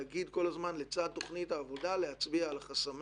ולצד תוכנית העבודה צריך לדעת להצביע על החסמים,